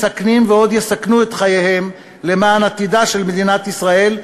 מסכנים ועוד יסכנו את חייהם למען עתידה של מדינת ישראל,